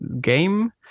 game